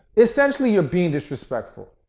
essentially you're being disrespectful.